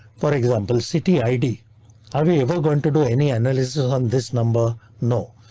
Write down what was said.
for example, city id are we ever going to do any analysis on this number? no?